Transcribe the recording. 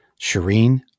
Shireen